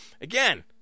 Again